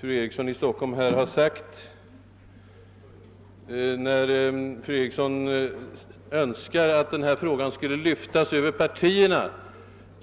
fru Eriksson i Stockholm här har sagt. Fru Eriksson önskar att frågan om narkotikabekämpande verksamhet borde lyftas över partierna.